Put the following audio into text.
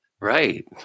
Right